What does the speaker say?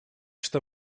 что